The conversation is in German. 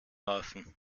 affen